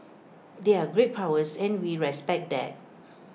they're great powers and we respect that